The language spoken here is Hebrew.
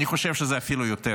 אני חושב שזה אפילו יותר,